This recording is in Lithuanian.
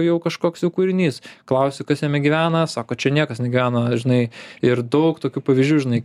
jau kažkoks jau kūrinys klausiu kas jame gyvena sako čia niekas negyvena žinai ir daug tokių pavyzdžių žinai